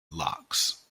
locks